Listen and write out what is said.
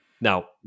Now